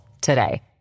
today